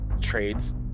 trades